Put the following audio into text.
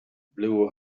blew